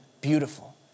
beautiful